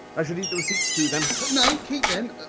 i should eat the receipts too, then? no, keep them.